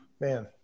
man